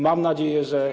Mam nadzieję, że.